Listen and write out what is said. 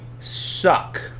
suck